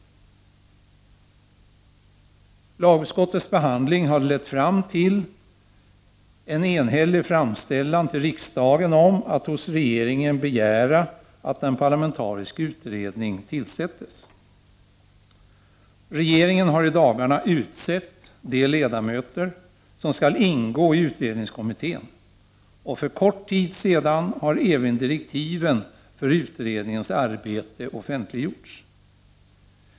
Lagutskottets behandling har lett fram till en enhällig framställan till riksdagen om att hos regeringen begära att en parlamentarisk utredning tillsättes. Regeringen har i dagarna utsett de ledamöter som skall ingå i utredningskommittén, och för kort tid sedan har även direktiven för utredningens arbete offentliggjorts.